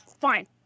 fine